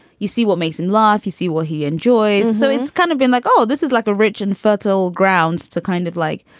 you see what makes me and laugh? you see what he enjoys. so it's kind of been like, oh, this is like a rich and fertile ground to kind of like,